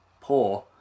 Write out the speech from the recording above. Poor